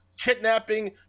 kidnapping